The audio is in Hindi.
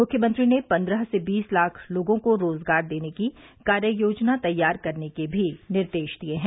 मुख्यमंत्री ने पन्द्रह से बीस लाख लोगों को रोजगार देने की कार्य योजना तैयार करने के भी निर्देश दिये हैं